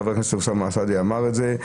חבר הכנסת אוסאמה סעדי אמר את זה.